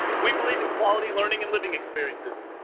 we believe in quality learning and living experiences